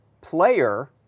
player